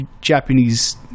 Japanese